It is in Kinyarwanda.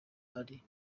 ari